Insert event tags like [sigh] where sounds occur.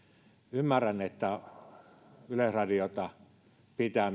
ymmärrän että yleisradiota pitää [unintelligible]